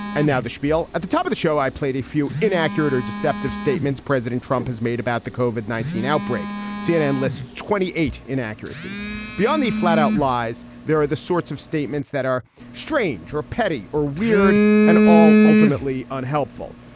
and now the spiel at the top of the show, i played a few inaccurate or deceptive statements president trump has made about the kovel nineteen outbreak. cnn lists twenty eight inaccuracies inaccuracies beyond the flat out lies. there are the sorts of statements that are strange or petty or weird and all ultimately unhelpful.